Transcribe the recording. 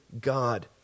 God